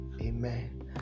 Amen